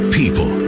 people